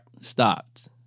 stopped